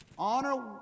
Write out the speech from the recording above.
Honor